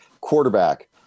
quarterback